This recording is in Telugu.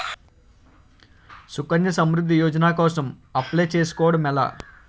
సుకన్య సమృద్ధి యోజన కోసం అప్లయ్ చేసుకోవడం ఎలా?